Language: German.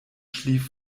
schlief